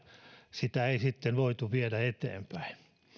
sitä ei sitten voitu viedä eteenpäin